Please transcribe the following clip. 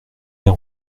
bien